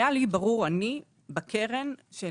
אני בקרן,